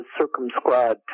circumscribed